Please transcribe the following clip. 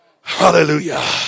Hallelujah